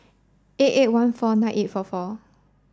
eight eight one four nine eight four four